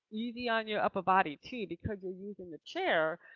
easy on your upper body too, because you're using the chair,